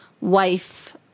wife